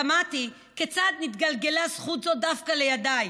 תמהתי כיצד נתגלגלה זכות זו דווקא לידיי.